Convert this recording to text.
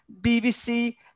BBC